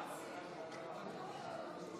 שבו נצביע בקריאה טרומית בעד הצעת חוק עונש מוות